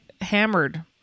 hammered